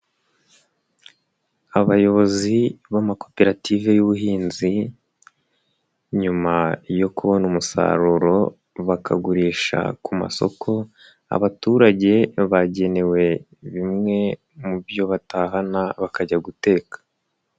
Abayobozi b'amakoperative y'ubuhinzi nyuma yo kubona umusaruro bakawugurisha ku masoko abaturage bagenewe bimwe mu byo batahana bakajya guteka.